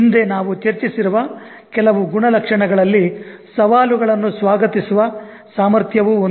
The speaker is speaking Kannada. ಹಿಂದೆ ನಾವು ಚರ್ಚಿಸಿರುವ ಕೆಲವು ಗುಣಲಕ್ಷಣಗಳಲ್ಲಿ ಸವಾಲುಗಳನ್ನು ಸ್ವಾಗತಿಸುವ ಸಾಮರ್ಥ್ಯವೂ ಒಂದು